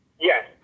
Yes